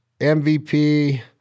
mvp